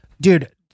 dude